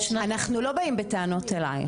אנחנו לא באים בטענות אליך,